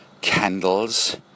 candles